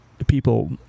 people